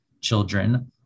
children